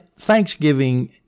thanksgiving